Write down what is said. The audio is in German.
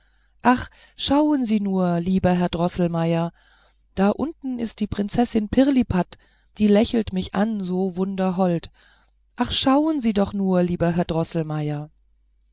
ach schauen sie nur lieber herr droßelmeier da unten ist die prinzessin pirlipat die lächelt mich an so wunderhold ach schauen sie doch nur lieber herr